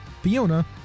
Fiona